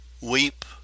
weep